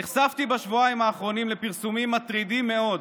נחשפתי בשבועיים האחרונים לפרסומים מטרידים מאוד,